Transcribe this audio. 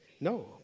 No